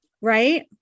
right